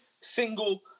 single